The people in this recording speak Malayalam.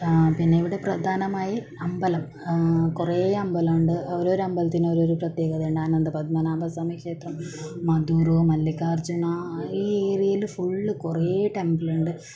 ആ പിന്നെ ഇവിടെ പ്രധാനമായി അമ്പലം കുറേ അമ്പലം ഉണ്ട് ഓരോരോ അമ്പലത്തിനും ഓരോരോ പ്രത്യേകത ഉണ്ട് അനന്തപദ്മനാഭ സ്വാമി ക്ഷേത്രം മദുർ മല്ലികാർജുന ഈ ഏരിയയിൽ ഫുൾ കുറേ ടെമ്പിൾ ഉണ്ട്